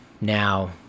now